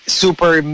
super